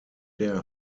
der